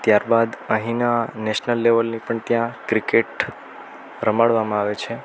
ત્યારબાદ અહીંના નેશનલ લેવલની પણ ત્યાં ક્રિકેટ રમાડવામાં આવે છે